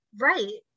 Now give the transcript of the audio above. Right